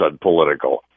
political